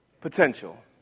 potential